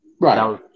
Right